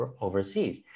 overseas